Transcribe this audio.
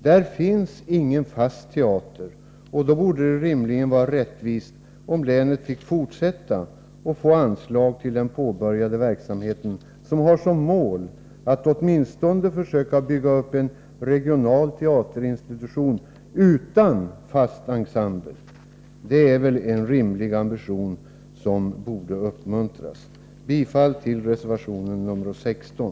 Där finns ingen fast teater, och då borde det rimligen vara rättvist om länet fick fortsätta och erhålla anslag till den påbörjade verksamheten, som har som mål att åtminstone försöka bygga upp en regional teaterinstitution utan fast ensemble. Det är väl en rimlig ambition, som borde uppmuntras. Jag yrkar bifall till reservation nr 16.